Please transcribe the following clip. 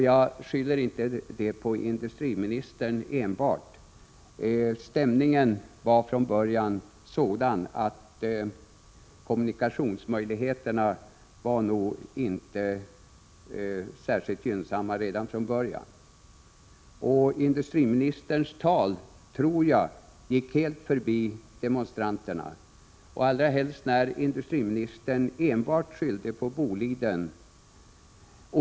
Jag skyller inte detta enbart på industriministern. Stämningen var från början sådan att kommunikationsmöjligheterna inte var särskilt gynnsamma. Jag tror att industriministerns tal gick helt förbi demonstranterna, allra helst som industriministern enbart skyllde på Boliden.